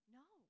no